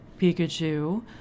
Pikachu